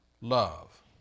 love